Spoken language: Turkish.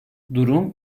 durum